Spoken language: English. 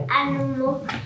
animal